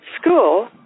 school